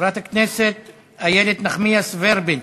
חברת הכנסת איילת נחמיאס ורבין,